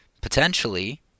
potentially